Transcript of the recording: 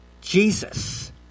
Jesus